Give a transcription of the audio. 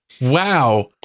wow